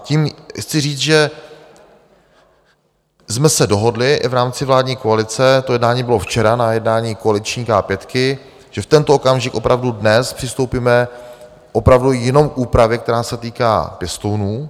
Tím chci říct, že jsme se dohodli i v rámci vládní koalice, to jednání bylo včera, na jednání koaliční K pětky, že v tento okamžik opravdu dnes přistoupíme opravdu jenom k úpravě, která se týká pěstounů.